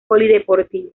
polideportivo